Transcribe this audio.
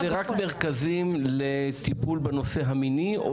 זה רק מרכזים לטיפול בנושא המיני,